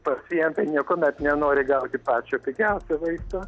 pacientai niekuomet nenori gauti pačio pigiausio vaisto